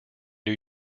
new